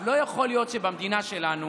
לא יכול להיות שבמדינה שלנו